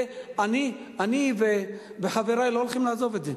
ואני וחברי לא הולכים לעזוב את זה.